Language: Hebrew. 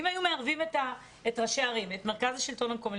אם היו מערבים את ראשי הערים ואת מרכז השלטון המקומי